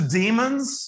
demons